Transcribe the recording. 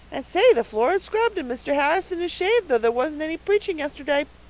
and say, the floor is scrubbed, and mr. harrison is shaved, though there wasn't any preaching yesterday.